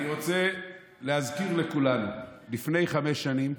אני רוצה להזכיר לכולנו שלפני חמש שנים